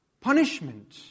punishment